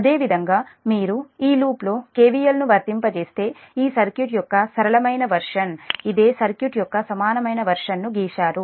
అదేవిధంగా మీరు ఈ లూప్లో కెవిఎల్ను వర్తింపజేస్తే ఇది ఈ సర్క్యూట్ యొక్క సరళమైన వెర్షన్ ఇదే సర్క్యూట్ యొక్క సమానమైన వెర్షన్ ను గీశారు